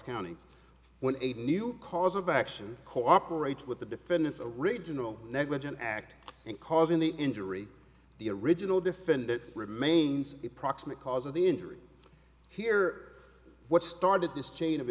county when a new cause of action cooperates with the defendant's original negligent act and causing the injury the original defendant remains the proximate cause of the injury here what started this chain of